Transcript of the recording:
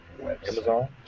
Amazon